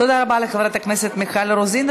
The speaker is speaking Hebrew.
תודה רבה לחברת הכנסת מיכל רוזין.